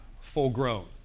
full-grown